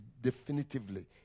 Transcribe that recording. definitively